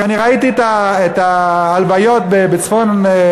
אני ראיתי את ההלוויות בצפון-קוריאה,